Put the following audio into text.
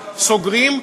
סוגרים,